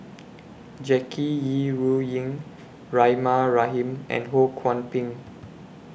Jackie Yi Ru Ying Rahimah Rahim and Ho Kwon Ping